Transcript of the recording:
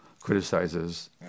criticizes